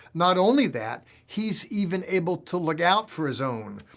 not only that, he's even able to look out for his own,